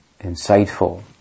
insightful